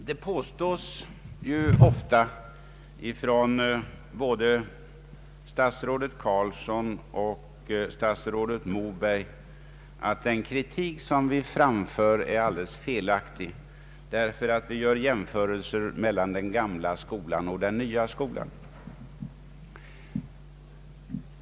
Herr talman! Det görs ofta gällande av både statsrådet Carlsson och av statsrådet Moberg att den kritik som vi framför är felaktig, därför att vi gör jämförelser mellan den gamla skolan och den nya skolan.